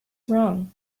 wrong